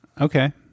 Okay